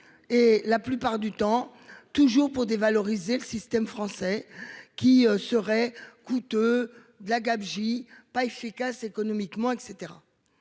Et la plupart du temps, toujours pour dévaloriser le système français qui serait coûteux de la gabegie pas efficace économiquement et